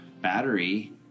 Battery